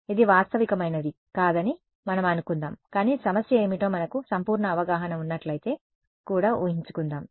ఇది వాస్తవికమైనది కాదని మనం అనుకుందాం కానీ సమస్య ఏమిటో మనకు సంపూర్ణ అవగాహన ఉన్నట్లయితే కూడా ఊహించుకుందాం